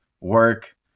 work